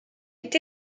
est